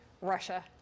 Russia